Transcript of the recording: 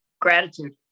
Gratitude